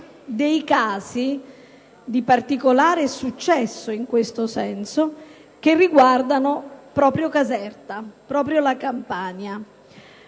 casi di particolare successo in questo senso, che riguardano proprio Caserta, proprio la Campania.